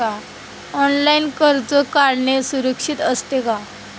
Online कर्ज काढणे सुरक्षित असते का?